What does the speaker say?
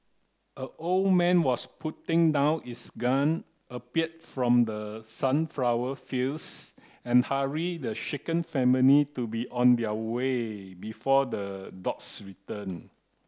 a old man was putting down his gun appeared from the sunflower fields and hurried the shaken family to be on their way before the dogs return